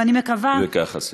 ואני מקווה וכך עשית.